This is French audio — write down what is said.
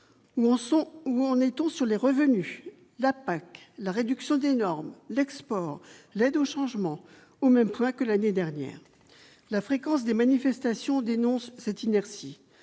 où on est on sur les revenus, la PAC, la réduction des normes, l'export, l'aide au changement ou même pas que l'année dernière, la fréquence des manifestations dénoncent cette inertie,